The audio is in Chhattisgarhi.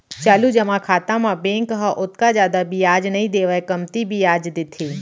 चालू जमा खाता म बेंक ह ओतका जादा बियाज नइ देवय कमती बियाज देथे